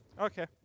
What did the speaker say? okay